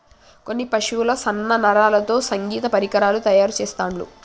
కొన్ని పశువుల సన్న నరాలతో సంగీత పరికరాలు తయారు చెస్తాండ్లు